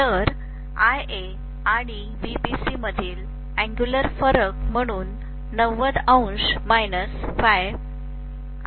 तर IA आणि VBC मधील अंगुलर फरक म्हणून आहे